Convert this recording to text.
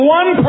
one